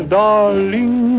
darling